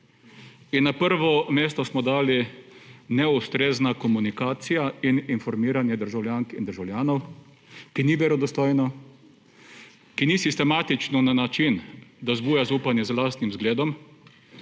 In na prvo mesto smo dali neustrezna komunikacija in informiranje državljank in državljanov, ki ni verodostojno, ki ni sistematično na način, da zbuja zaupanje z lastnim vzgledom,